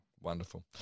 Wonderful